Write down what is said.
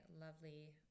lovely